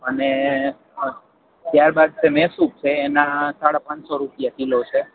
અને ત્યાર બાદ મૈસુર છે એના સાડા પાનસો રૂપિયા કિલો છે